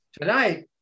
tonight